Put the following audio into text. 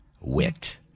wit